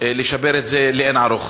לשפר את זה לאין-ערוך?